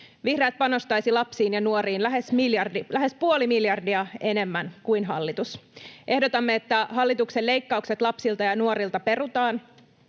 Vihreät panostaisi lapsiin ja nuoriin lähes puoli miljardia enemmän kuin hallitus. Ehdotamme, että hallituksen leikkaukset lapsilta ja nuorilta perutaan